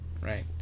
Right